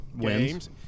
games